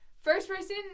first-person